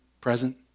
present